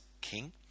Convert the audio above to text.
King